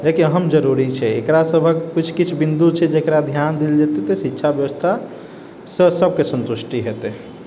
जेकि अहम जरूरी छै एकरा सभक किछु किछु बिन्दू छै जकरा ध्यान देल जेतै तऽ शिक्षा व्यवस्थासँ सबके सन्तुष्टि हेतै